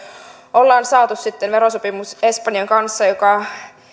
on saatu sitten espanjan kanssa verosopimus joka